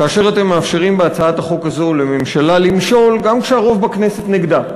כאשר אתם מאפשרים בהצעת החוק הזו לממשלה למשול גם כשהרוב בכנסת נגדה.